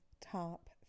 Top